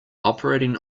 operating